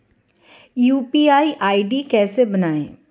UPI ID कैसे बनाएं?